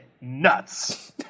nuts